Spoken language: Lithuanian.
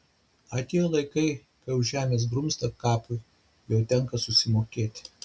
atėjo laikai kai už žemės grumstą kapui jau tenka susimokėti